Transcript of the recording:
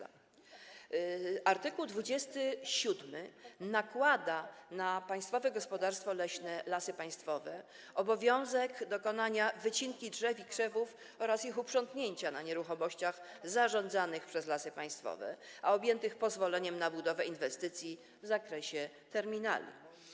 Art. 27 nakłada na Państwowe Gospodarstwo Leśne Lasy Państwowe obowiązek dokonania wycinki drzew i krzewów oraz ich uprzątnięcia na nieruchomościach zarządzanych przez Lasy Państwowe i objętych pozwoleniem na budowę inwestycji w zakresie terminali.